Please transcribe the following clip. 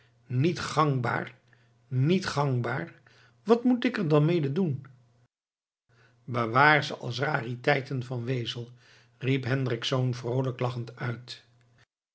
niet gangbaar niet gangbaar wat moet ik er dan mede doen bewaar ze als rariteiten van wezel riep hendricksz vroolijk lachend uit